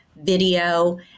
video